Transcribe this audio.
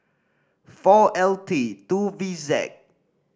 four L T two V Z